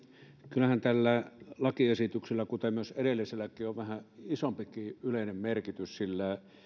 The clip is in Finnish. kyllähän tällä lakiesityksellä kuten myös edelliselläkin on vähän isompikin yleinen merkitys sillä